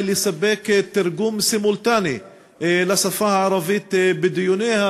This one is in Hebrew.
לספק תרגום סימולטני לשפה הערבית בדיוניה,